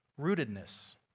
rootedness